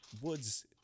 woods